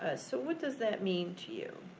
ah so what does that mean to you?